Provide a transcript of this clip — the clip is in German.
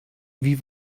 wie